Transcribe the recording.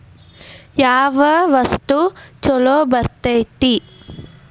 ಯಾವ ವಸ್ತು ಛಲೋ ಬರ್ತೇತಿ?